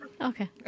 Okay